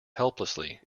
helplessly